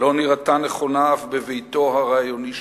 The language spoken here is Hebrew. לא נראתה נכונה אף בביתו הרעיוני שלו.